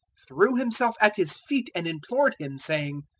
threw himself at his feet and implored him, saying,